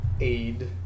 aid